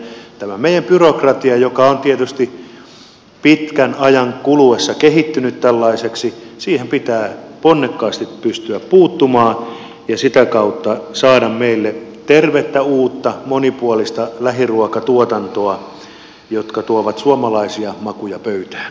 tähän meidän byrokratiaan joka on tietysti pitkän ajan kuluessa kehittynyt tällaiseksi pitää ponnekkaasti pystyä puuttumaan ja sitä kautta saada meille tervettä uutta monipuolista lähiruokatuotantoa joka tuo suomalaisia makuja pöytään